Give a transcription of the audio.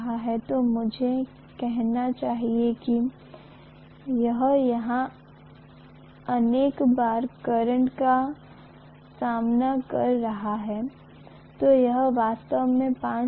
इसलिए यदि मैं इसे चुंबकीय क्षेत्र रेखा के रूप में कहता हूं तो कितनी बार चुंबकीय क्षेत्र रेखा करंट का सामना कर रही है जिसे वास्तव में MMF के रूप में जाना जाता है